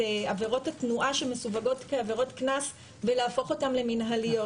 עבירות התנועה שמסווגות כעבירות קנס ולהפוך אותן למינהליות.